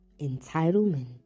entitlement